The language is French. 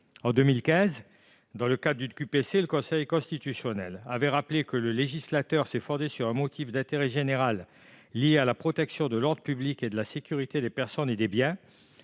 En 2015, dans le cadre d'une QPC, le Conseil constitutionnel avait rappelé que le législateur s'était fondé sur un motif d'intérêt général lié à la protection de l'ordre public et de la sécurité des personnes et des biens